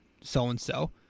so-and-so